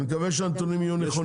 ואני מקווה שהנתונים יהיו נכונים.